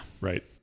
Right